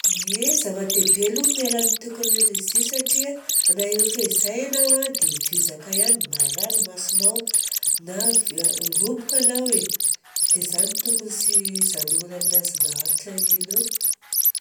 Ie, zava-dehibe aloha miala ny teknolojia satria na eo fezay anao a, dia vizaka ihany, marary masonao na robika anao e, dia izany tokony tsy ijanognana aminazy maharitra ela eo.